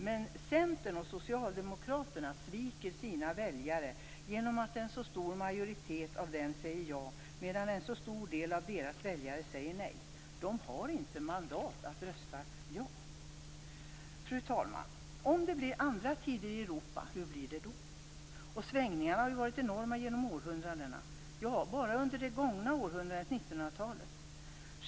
Men Centern och Socialdemokraterna sviker sina väljare genom att en så stor majoritet av dem säger ja, medan en stor del av deras väljare säger nej. De har inte mandat att rösta ja. Fru talman! Om det blir andra tider i Europa, hur blir det då? Svängningarna har ju varit enorma genom århundradena. Se bara hur det har varit under det gångna århundratet, 1900-talet!